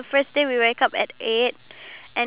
how's your boyfriend zayn